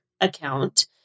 account